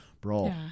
Bro